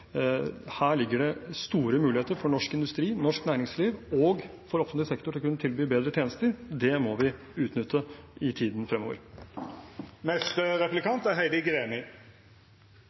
Her ligger det store muligheter for norsk industri, norsk næringsliv og offentlig sektor til å kunne tilby bedre tjenester. Det må vi utnytte i tiden fremover.